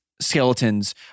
skeletons